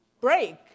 break